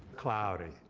cloudy.